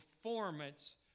performance